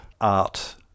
art